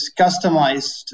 customized